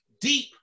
deep